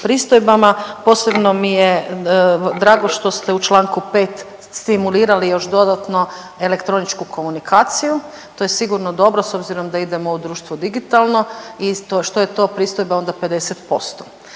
posebno mi je drago što ste u Članku 5. stimulirali još dodatno elektroničku komunikaciju. To je sigurno dobro s obzirom da idemo u društvo digitalno i što je to pristojba onda 50%,